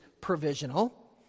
provisional